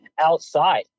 outside